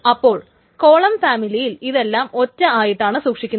അപ്പോൾ കോളം ഫാമിലിയിൽ ഇതെല്ലാം ഒറ്റ ആയിട്ടാണ് സൂക്ഷിക്കുന്നത്